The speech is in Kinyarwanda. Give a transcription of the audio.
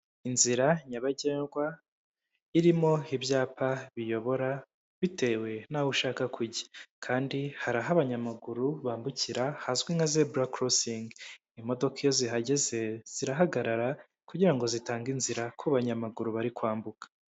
Inzira nyabagendwa irimo ibyapa biyobora bitewe n'aho ushaka kujya, kandi hari aho abanyamaguru bambukira hazwi nka zebura korosingi, imodoka iyo zihageze, zirahagarara kugirango zitange inzira ku banyamaguru bari kwambuka.